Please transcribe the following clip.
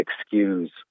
excuse